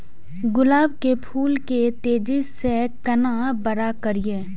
गुलाब के फूल के तेजी से केना बड़ा करिए?